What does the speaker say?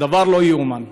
דבר לא יאומן: